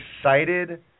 excited